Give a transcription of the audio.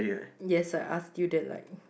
yes I ask you that like